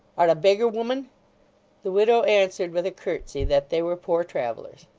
art a beggar, woman the widow answered with a curtsey, that they were poor travellers.